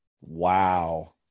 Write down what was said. wow